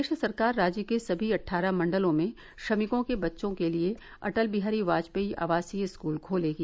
प्रदेश सरकार राज्य के समी अट्ठारह मंडलों में श्रमिकों के बच्चों के लिए अटल बिहारी वाजपेयी आवासीय स्कूल खोलेगी